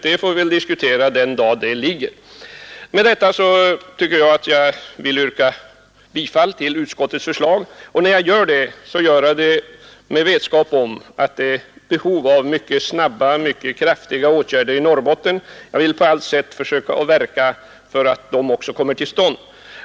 Det får vi diskutera den dag det föreligger. Med detta vill jag yrka bifall till utskottets förslag. När jag gör det är det med vetskap om att det finns behov av mycket snabba och kraftiga åtgärder i Norrbotten. Jag vill på allt sätt verka för att de också kommer till stånd.